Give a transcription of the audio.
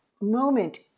moment